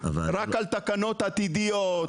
רק על תקנות עתידיות,